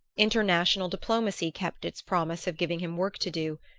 international diplomacy kept its promise of giving him work to do,